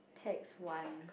text one